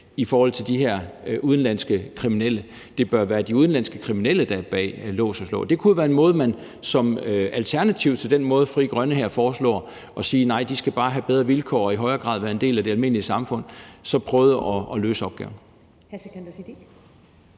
i forhold til de her udenlandske kriminelle. Det bør være de udenlandske kriminelle, der er bag lås og slå. Det kunne jo være en måde at gøre det på som et alternativ til den måde, som Frie Grønne her foreslår – hvor Frie Grønne siger: Nej, de skal bare have bedre vilkår og i højere grad være en del af det almindelige samfund – hvor man